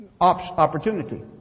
opportunity